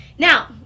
Now